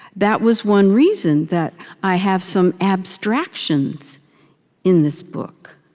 that was one reason that i have some abstractions in this book